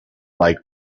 like